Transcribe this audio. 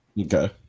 okay